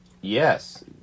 Yes